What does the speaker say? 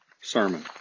sermon